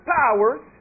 powers